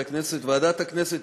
ועדת הכנסת